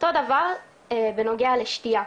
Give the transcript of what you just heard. אותו הדבר בנוגע לשתיה.